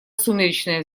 сумеречное